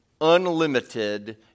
unlimited